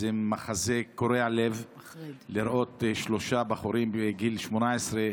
זה מחזה קורע לב לראות שלושה בחורים בגיל 18,